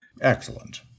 Excellent